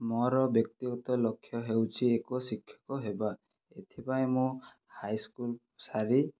ମୋର ବ୍ୟକ୍ତିଗତ ଲକ୍ଷ୍ୟ ହେଉଛି ଏକ ଶିକ୍ଷକ ହେବା ଏଥିପାଇଁ ମୁଁ ହାଇସ୍କୁଲ ସାରି